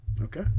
Okay